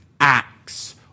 acts